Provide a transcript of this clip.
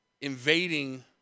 invading